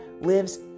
lives